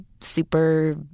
super